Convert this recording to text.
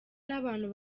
n’abantu